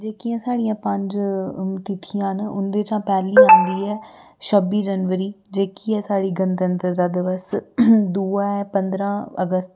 जेह्कियां साढ़ाियां पंज तिथियां न उं'दे च पैह्लें औंदी ऐ छब्बी जनबरी जेह्की ऐ साढ़ी गणतंत्र दिवस दूआ ऐ पंदरां अगस्त